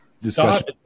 discussion